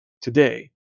today